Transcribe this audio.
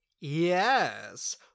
Yes